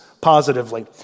positively